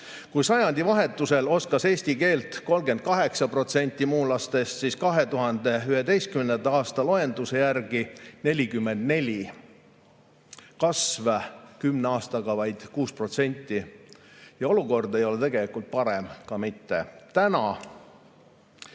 Kui sajandivahetusel oskas eesti keelt 38% muulastest, siis 2011. aasta loenduse järgi 44%, kasv kümne aastaga vaid 6%. Olukord ei ole tegelikult parem ka mitte täna.